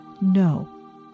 no